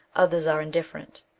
others are indifferent.